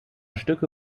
stücke